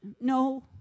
no